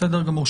בסדר גמור.